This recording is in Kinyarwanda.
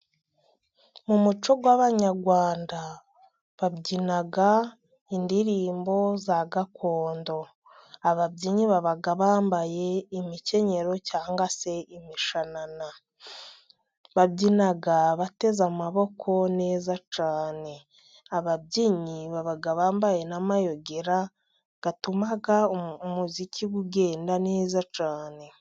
Mu muco w'Abanyarwanda babyina indirimbo za gakondo. Ababyinnyi baba bambaye imikenyero cyangwa se imishanana. Babyina bateze amaboko neza cyane, ababyinnyi baba bambaye n'amayogera atuma umuziki ugenda neza cyane.